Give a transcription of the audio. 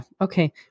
okay